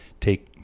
take